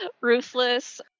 Ruthless